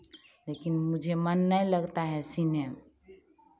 लेकिन मुझे मन नहीं लगता है सिलने में